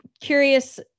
curious